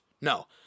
No